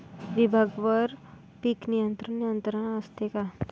विभागवार पीक नियंत्रण यंत्रणा असते का?